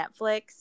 Netflix